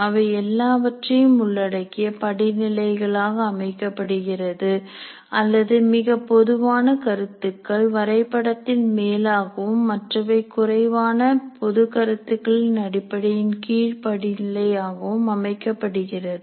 அவை எல்லாவற்றையும் உள்ளடக்கிய படிநிலைகளாக அமைக்கப்படுகிறது அல்லது மிக பொதுவான கருத்துக்கள் வரைபடத்தின் மேலாகவும் மற்றவை குறைவான பொது கருத்துக்களின் அடிப்படையில் கீழ் படிநிலை ஆகவும்அமைக்கப்படுகிறது